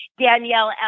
Danielle